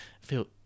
feel